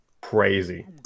crazy